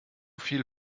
viel